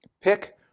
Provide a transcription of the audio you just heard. Pick